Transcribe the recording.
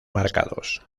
marcados